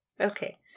Okay